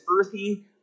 earthy